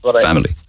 family